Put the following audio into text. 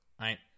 right